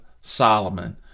Solomon